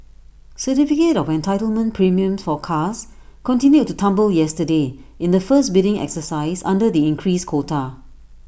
certificate of entitlement premiums for cars continued to tumble yesterday in the first bidding exercise under the increased quota